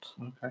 Okay